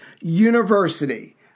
University